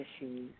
issues